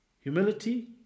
humility